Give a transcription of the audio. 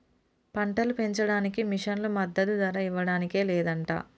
పంటలు పెంచడానికి మిషన్లు మద్దదు ధర ఇవ్వడానికి లేదంట